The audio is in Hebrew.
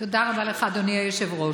תודה רבה לך, אדוני היושב-ראש.